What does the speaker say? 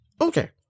Okay